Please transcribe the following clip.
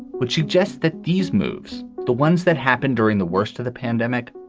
which suggests that these moves, the ones that happened during the worst of the pandemic,